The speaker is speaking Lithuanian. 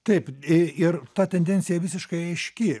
taip i ir ta tendencija visiškai aiški